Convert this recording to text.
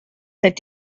that